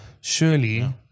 Surely